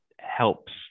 helps